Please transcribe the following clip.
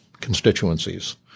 constituencies